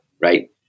right